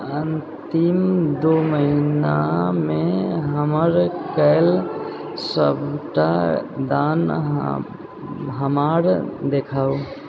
अन्तिम दू महिनामे हमर कएल सबटा दान हमरा देखाउ